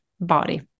body